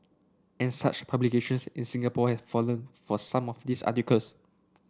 and such publications in Singapore have fallen for some of these articles